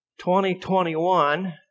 2021